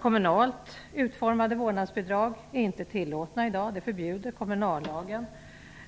Kommunalt utformade vårdnadsbidrag är inte tillåtna i dag. Kommunallagen